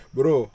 Bro